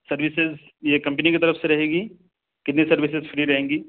services یہ company کی طرف سے رہے گی کتنی سروسز فری رہیں گی